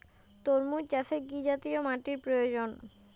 তরমুজ চাষে কি জাতীয় মাটির প্রয়োজন?